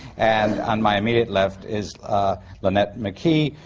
and on my immediate left is lonette mckee,